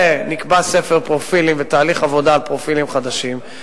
מזה נקבע ספר פרופילים ותהליך עבודה על פרופילים חדשים,